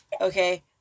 okay